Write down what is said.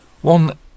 One